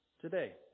today